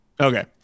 Okay